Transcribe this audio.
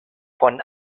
von